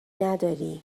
نداری